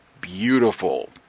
Beautiful